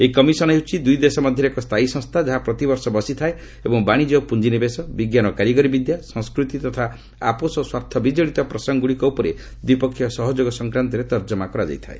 ଏହି କମିଶନ୍ ହେଉଛି ଦୁଇ ଦେଶ ମଧ୍ୟରେ ଏକ ସ୍ଥାୟୀ ସଂସ୍ଥା ଯାହା ପ୍ରତିବର୍ଷ ବସିଥାଏ ଏବଂ ବାଣିଜ୍ୟ ଓ ପୁଞ୍ଜିନିବେଶ ବିଜ୍ଞାନ ଓ କାରିଗରି ବିଦ୍ୟା ସଂସ୍କୃତି ତଥା ଆପୋଷ ସ୍ୱାର୍ଥ ବିଜଡ଼ିତ ପ୍ରସଙ୍ଗଗୁଡ଼ିକ ଉପରେ ଦ୍ୱିପକ୍ଷିୟ ସହଯୋଗ ସଂକ୍ରାନ୍ତରେ ତର୍ଜମା କରାଯାଇଥାଏ